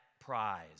prize